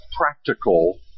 practical